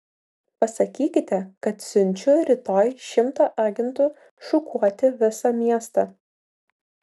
pasakykite kad siunčiu rytoj šimtą agentų šukuoti visą miestą